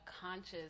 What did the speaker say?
conscious